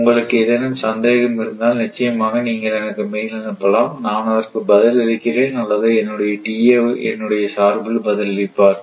உங்களுக்கு ஏதேனும் சந்தேகம் இருந்தால் நிச்சயமாக நீங்கள் எனக்கு மெயில் அனுப்பலாம் நான் அதற்கு பதில் அளிக்கிறேன் அல்லது என்னுடைய TA என்னுடைய சார்பில் பதிலளிப்பார்